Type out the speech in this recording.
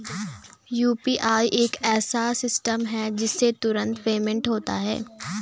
UPI एक ऐसा system है जिससे तुरंत पेमेंट होता है